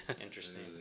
Interesting